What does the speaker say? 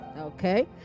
okay